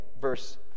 verse